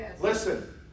Listen